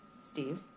Steve